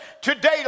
today